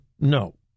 No